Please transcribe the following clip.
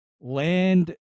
land